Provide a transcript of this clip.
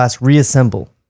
reassemble